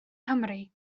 nghymru